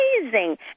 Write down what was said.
amazing